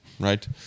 Right